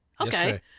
Okay